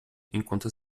enquanto